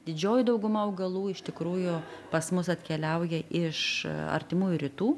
didžioji dauguma augalų iš tikrųjų pas mus atkeliauja iš artimųjų rytų